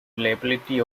reliability